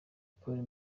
polly